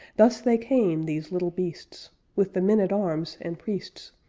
thus they came, these little beasts, with the men-at-arms and priests,